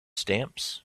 stamps